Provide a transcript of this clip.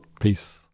peace